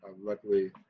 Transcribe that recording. luckily